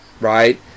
right